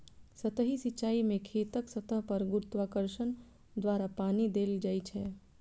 सतही सिंचाइ मे खेतक सतह पर गुरुत्वाकर्षण द्वारा पानि देल जाइ छै